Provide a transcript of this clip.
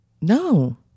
No